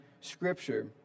Scripture